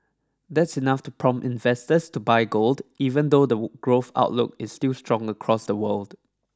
that's enough to prompt investors to buy gold even though the growth outlook is still strong across the world